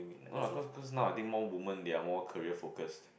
no lah cause cause now I think more woman they are more career focused